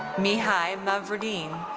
mihai mavrodin.